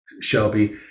Shelby